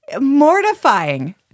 mortifying